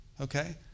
okay